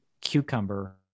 cucumber